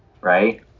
right